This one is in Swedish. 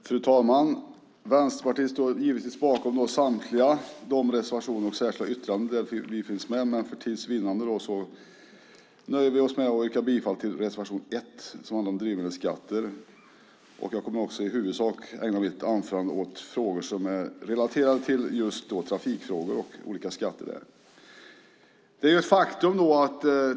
Fru talman! Vänsterpartiet står naturligtvis bakom samtliga reservationer och särskilda yttranden där vi finns med. För tids vinnande nöjer vi oss med att yrka bifall till reservation 1 som handlar om drivmedelsskatter. Jag kommer att ägna mitt anförande i huvudsak åt frågor som är relaterade till trafik och skatter där.